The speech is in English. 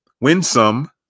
Winsome